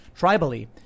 tribally